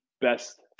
best